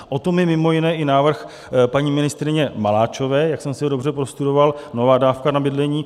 O tom je mimo jiné i návrh paní ministryně Maláčové, jak jsem si ho dobře prostudoval nová dávka na bydlení.